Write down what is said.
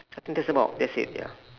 I think that's about that's it ya